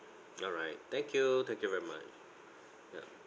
alright thank you thank you very much ya